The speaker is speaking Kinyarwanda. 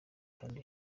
kandi